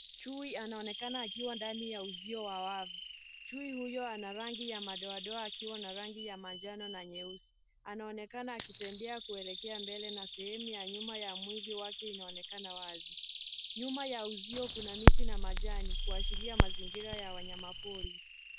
Chui anaonekana akiwa ndani ya uzio wa wavu. Chui huyo ana rangi ya madoadoa akiwa na rangi ya manjano na nyeusi. Anaonekana akitembea kuelekea mbele na sehemu ya nyuma ya mwili wake unaonekana wazi. Nyuma ya uzio kuna miti na majani, kuashiria mazingira ya wanyama pori.